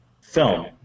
film